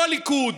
לא הליכוד,